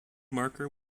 marker